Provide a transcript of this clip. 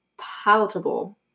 palatable